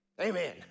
Amen